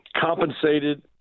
compensated